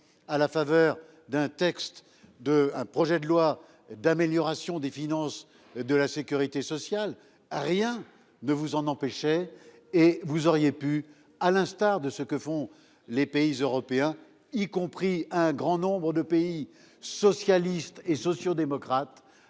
à la faveur d'un texte de un projet de loi d'amélioration des finances de la Sécurité sociale a rien ne vous en empêcher. Et vous auriez pu, à l'instar de ce que font les pays européens y compris un grand nombre de pays socialistes et sociaux-démocrates